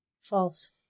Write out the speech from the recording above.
False